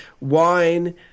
wine